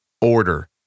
order